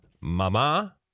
mama